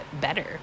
better